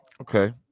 Okay